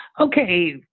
Okay